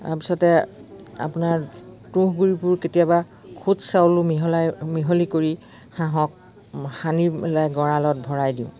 তাৰপিছতে আপোনাৰ তুহগুৰিবোৰ কেতিয়াবা খোঁত চাউলো মিহলাই মিহলি কৰি হাঁহক সানি পেলাই গঁড়লত ভৰাই দিওঁ